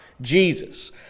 Jesus